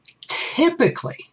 Typically